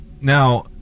Now